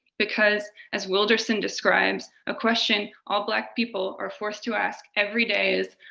because, as wilderson describes a question all black people are forced to ask every day is,